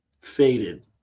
faded